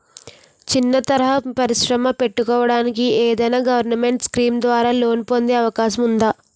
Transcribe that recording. చిన్న తరహా పరిశ్రమ పెట్టుకోటానికి ఏదైనా గవర్నమెంట్ స్కీం ద్వారా లోన్ పొందే అవకాశం ఉందా?